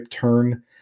turn